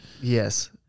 Yes